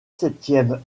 septième